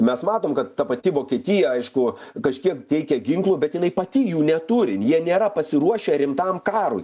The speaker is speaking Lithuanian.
mes matom kad ta pati vokietija aišku kažkiek teikia ginklų bet jinai pati jų neturi jie nėra pasiruošę rimtam karui